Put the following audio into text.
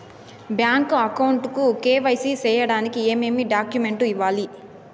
Bank account కు KYC సేయడానికి ఏమేమి డాక్యుమెంట్ ఇవ్వాలి?